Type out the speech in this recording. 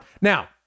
Now